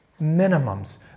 minimums